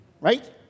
Right